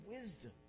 wisdom